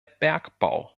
bergbau